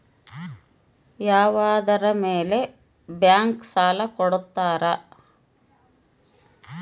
ಯಾವುದರ ಮೇಲೆ ಬ್ಯಾಂಕ್ ಸಾಲ ಕೊಡ್ತಾರ?